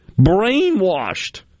brainwashed